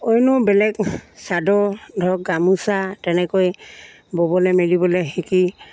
অন্য় বেলেগ চাদৰ ধৰক গামোচা তেনেকৈ ব'বলৈ মেলিবলৈ শিকি